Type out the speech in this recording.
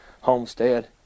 homestead